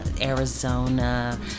Arizona